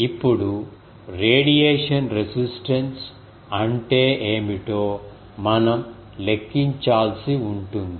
ఇప్పుడు radiation resistance అంటే ఏమిటో మనం లెక్కించాల్సి ఉంటుంది